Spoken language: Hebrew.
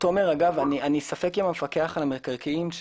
אני ספק אם המפקח על המקרקעין,